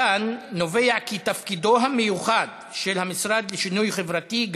מכאן נובע גם תפקידו המיוחד של המשרד לשוויון חברתי,